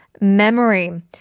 memory